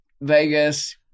Vegas